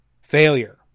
Failure